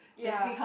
ya